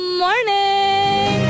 morning